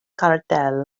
cartel